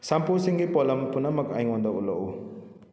ꯁꯝꯄꯨꯁꯤꯡꯒꯤ ꯄꯣꯠꯂꯝ ꯄꯨꯝꯅꯃꯛ ꯑꯩꯉꯣꯟꯗ ꯎꯠꯂꯛꯎ